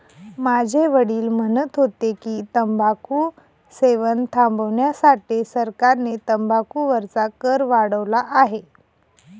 माझे वडील म्हणत होते की, तंबाखू सेवन थांबविण्यासाठी सरकारने तंबाखू वरचा कर वाढवला आहे